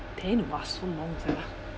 ten !wah! so long sia